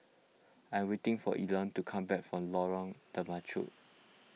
I'm waiting for Elon to come back from Lorong Temechut